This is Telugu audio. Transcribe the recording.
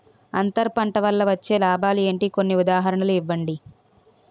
అంతర పంట వల్ల వచ్చే లాభాలు ఏంటి? కొన్ని ఉదాహరణలు ఇవ్వండి?